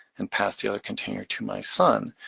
and pass the other container to my son.